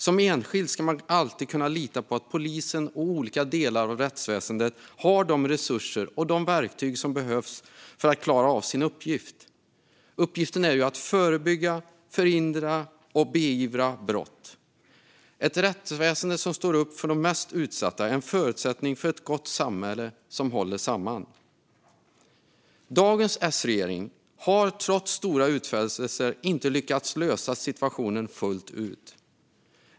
Som enskild ska man alltid kunna lita på att polisen och andra delar av rättsväsendet har de resurser och verktyg som behövs för att de ska klara av sin uppgift: att förebygga, förhindra och beivra brott. Ett rättsväsen som står upp för de mest utsatta är en förutsättning för ett gott samhälle som håller samman. Dagens S-regering har trots stora utfästelser inte lyckats lösa problemen fullt ut.